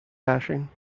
hashing